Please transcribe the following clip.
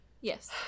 yes